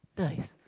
nice